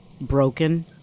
Broken